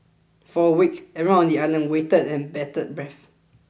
for a week everyone on the island waited and bated breath